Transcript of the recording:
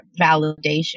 validation